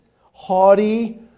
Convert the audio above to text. haughty